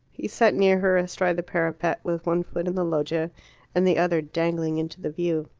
he sat near her, astride the parapet, with one foot in the loggia and the other dangling into the view.